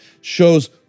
shows